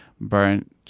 burnt